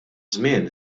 żmien